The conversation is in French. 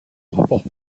rapports